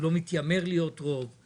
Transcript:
הוא לא מתיימר להיות רוב,